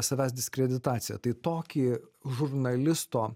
savęs diskreditacija tai tokį žurnalisto